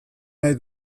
nahi